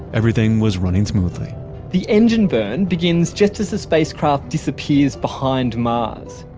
everything was running smoothly the engine burn begins just as the spacecraft disappears behind mars.